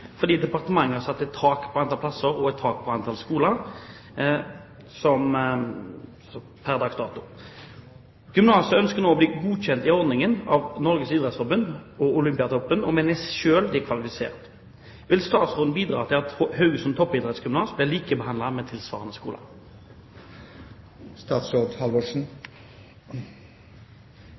fordi departementet har satt et tak på 810 elevplasser på utvalgte eksisterende skoler. HTG ønsker å bli godkjent i ordningen av NIF, og mener selv de er kvalifisert. Vil statsråden bidra til at HTG blir likebehandlet med tilsvarende skoler?» I statsbudsjettet blir det gitt tilskudd til private toppidrettsgymnas på kap. 228 post 79 Toppidrett. Målet med